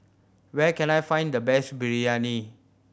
where can I find the best Biryani